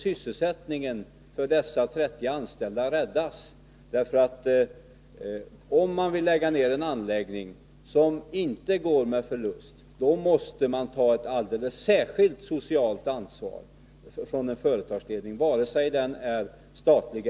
Dessa försändelser skickas som tjänstepost. Härvid åtnjuter de av staten ägda företagen en betydande fördel i jämförelse med privata företag.